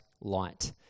light